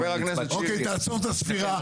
אוקיי, תעצור את הספירה.